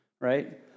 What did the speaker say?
right